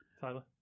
Tyler